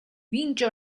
vince